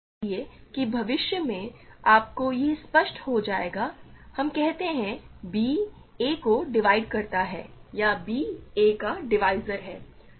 इसलिए कि भविष्य में आपको यह स्पष्ट हो जाएगा हम कहते हैं कि b a को डिवाइड करता है या b a का डिवीज़र है